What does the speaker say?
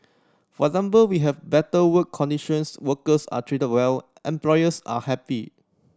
for example we have better work conditions workers are treated well employers are happy